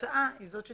והתוצאה היא זאת שתקבע.